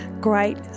great